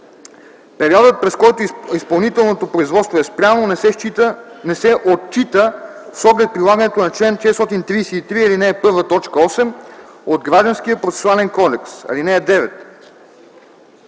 Периодът, през който изпълнителното производство е спряно, не се отчита с оглед прилагането на чл. 433, ал. 1, т. 8 от Гражданския процесуален кодекс. (9)